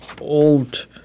old